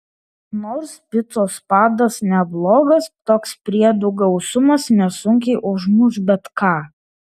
nors picos padas neblogas toks priedų gausumas nesunkiai užmuš bet ką